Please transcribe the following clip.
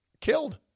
killed